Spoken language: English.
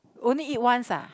only eat once ah